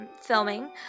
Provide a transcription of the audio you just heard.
filming